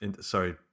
sorry